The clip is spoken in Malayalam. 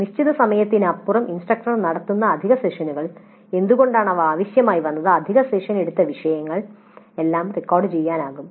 നിശ്ചിത സമയത്തിനപ്പുറം ഇൻസ്ട്രക്ടർ നടത്തുന്ന അധിക സെഷനുകൾ എന്തുകൊണ്ടാണ് അവ ആവശ്യമായി വന്നത് അധിക സെഷൻ ഏടുത്ത വിഷയങ്ങൾ എല്ലാം റെക്കോർഡുചെയ്യാനാകും